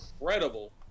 incredible